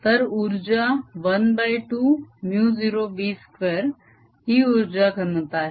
तर उर्जा ½ μ0b2 ही उर्जा घनता आहे